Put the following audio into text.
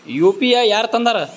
UPI ಯಾರ್ ತಂದಾರ?